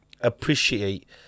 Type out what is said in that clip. appreciate